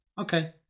okay